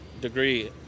degree